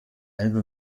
elbe